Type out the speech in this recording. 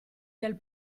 del